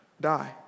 die